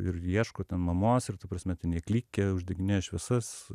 ir ieško ten mamos ir ta prasme ten jie klykia uždeginėja šviesas